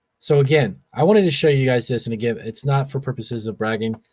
so again, i wanted to show you guys this, and again, it's not for purposes of bragging,